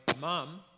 mom